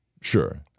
sure